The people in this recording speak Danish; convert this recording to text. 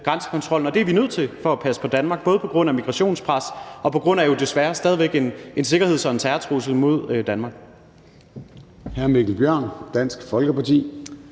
det er vi nødt til for at passe på Danmark, både på grund af migrationspres, og på grund af at der jo desværre stadig væk er en sikkerhedstrussel og en terrortrussel mod Danmark.